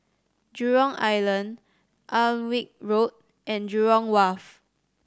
Jurong Island Alnwick Road and Jurong Wharf